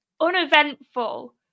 uneventful